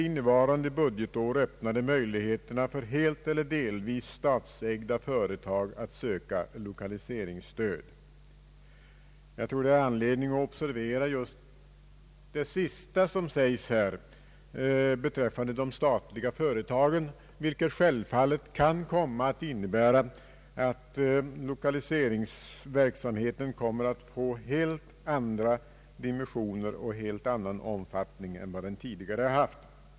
innevarande budgetiår öppnade möjligheterna för helt eller delvis statsägda företag att söka lokaliseringsstöd. Jag tror att det finns anledning att observera just det sista som sägs här, beträffande de statliga företagen, vilket självfallet kan komma att innebära att lokaliseringsverksamheten får helt annan omfattning än vad den tidigare har haft.